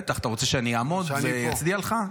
בטח, אתה רוצה שאני אעמוד ואצדיע לך?